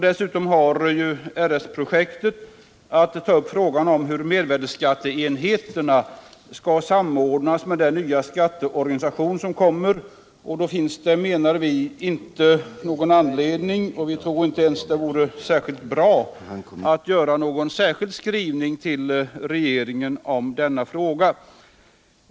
Dessutom har RS projektet att ta upp frågan om hur mervärdeskatteenheterna skall samordnas med den nya skatteorganisation som kommer, och då finns det enligt vår mening ingen anledning — vi tror inte ens att det vore särskilt bra — att göra en särskild skrivning till regeringen om denna fråga.